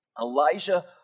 Elijah